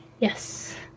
Yes